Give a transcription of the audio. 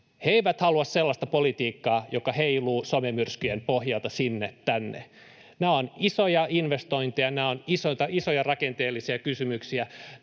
He eivät halua sellaista politiikkaa, joka heiluu somemyrskyjen pohjalta sinne tänne. Nämä on isoja investointeja, nämä ovat isoja rakenteellisia kysymyksiä.